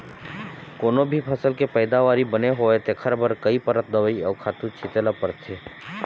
कोनो भी फसल के पइदावारी बने होवय तेखर बर कइ परत दवई अउ खातू छिते ल परथे